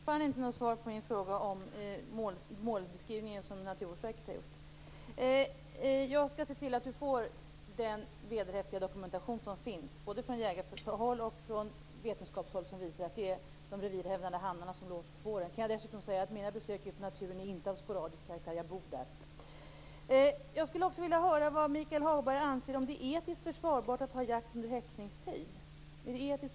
Herr talman! Jag har fortfarande inte fått något svar på min fråga om den målbeskrivning som Naturvårdsverket har gjort. Jag skall se till att Michael Hagberg får den vederhäftiga dokumentation som finns, både från jägarhåll och från vetenskapshåll och som visar att det är de revirhävdande hannarna som låter på våren. Jag kan dessutom säga att mina besök ute i naturen inte är av sporadisk karaktär - jag bor där. Jag skulle också vilja höra om Michael Hagberg anser att det är etiskt försvarbart att ha jakt under häckningstid.